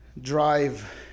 drive